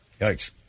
Yikes